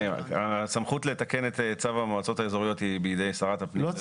הסמכות לתקן את צו המועצות האזוריות היא בידי שרת הפנים.